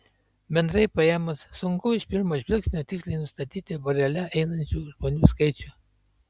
bendrai paėmus sunku iš pirmo žvilgsnio tiksliai nustatyti vorele einančių žmonių skaičių